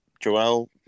Joel